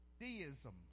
Deism